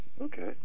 Okay